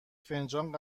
فنجان